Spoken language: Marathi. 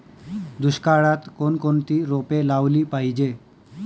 दुष्काळात कोणकोणती रोपे लावली पाहिजे?